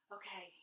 okay